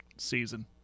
season